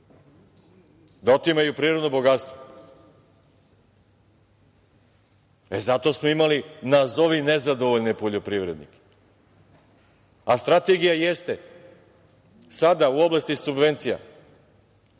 da otimaju prirodno bogatstvo. Zato smo imali nazovi nezadovoljne poljoprivrednike. Strategija jeste sada u oblasti subvencija